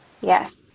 Yes